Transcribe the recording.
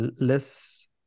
less